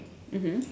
mmhmm